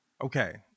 Okay